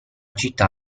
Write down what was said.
città